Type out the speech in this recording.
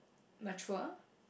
mature